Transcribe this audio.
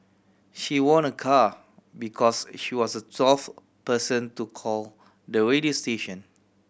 she won a car because she was the twelfth person to call the radio station